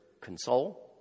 console